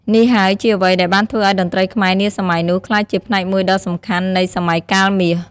នេះហើយជាអ្វីដែលបានធ្វើឱ្យតន្ត្រីខ្មែរនាសម័យនោះក្លាយជាផ្នែកមួយដ៏សំខាន់នៃ "សម័យកាលមាស"។